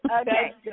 Okay